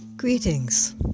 Greetings